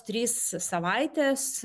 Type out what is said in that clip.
trys savaitės